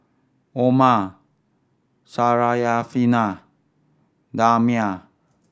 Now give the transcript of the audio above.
Omar Syarafina Damia